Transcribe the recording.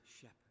shepherd